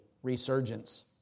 Resurgence